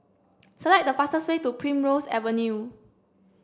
select the fastest way to Primrose Avenue